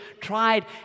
tried